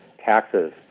taxes